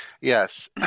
Yes